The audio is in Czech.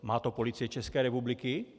Má to Policie České republiky?